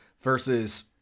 versus